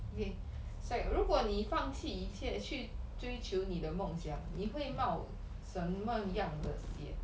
ok sec~ 如果你放弃一切去追求你的梦想你会冒什么样的险